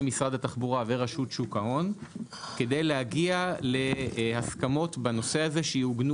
משרד התחבורה ורשות שוק ההון כדי להגיע להסכמות בנושא הזה שיעוגנו